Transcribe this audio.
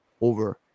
over